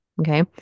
okay